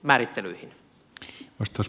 arvoisa puhemies